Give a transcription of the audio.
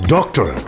Doctor